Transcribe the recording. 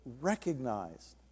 recognized